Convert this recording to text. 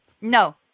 No